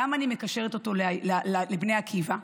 למה אני מקשרת אותו לבני עקיבא?